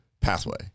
pathway